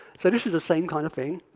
so this is the same kind of thing.